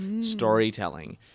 storytelling